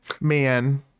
man